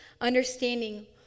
understanding